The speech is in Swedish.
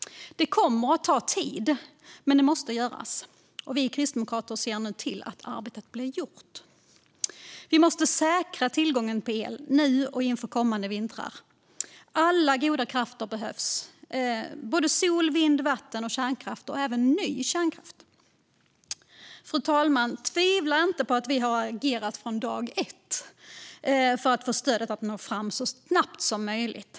Det kommer att ta tid, men det måste göras. Vi kristdemokrater ser nu till att arbetet blir gjort. Vi måste säkra tillgången på el nu och inför kommande vintrar. Alla goda krafter behövs: sol, vind, vatten och kärnkraft, även ny kärnkraft. Fru talman! Tvivla inte på att vi har agerat från dag ett för att få stödet att nå fram så snabbt som möjligt!